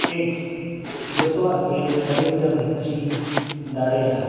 eggs ᱡᱚᱛᱚᱣᱟᱜ ᱜᱮᱢ ᱛᱟᱹᱞᱤᱠᱟ ᱵᱷᱮᱛᱨᱤ ᱫᱟᱲᱮᱭᱟᱜᱼᱟ